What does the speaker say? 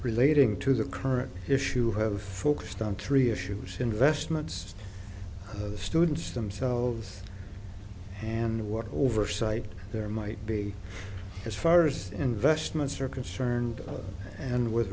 relating to the current issue have focused on three issues investments the students themselves and what oversight there might be as far as investments are concerned and with